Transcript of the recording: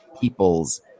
peoples